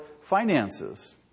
finances